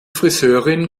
friseurin